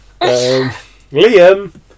Liam